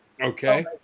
okay